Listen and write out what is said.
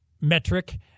metric